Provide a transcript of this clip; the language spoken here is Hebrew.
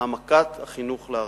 העמקת החינוך לערכים.